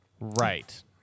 Right